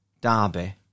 derby